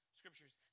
scriptures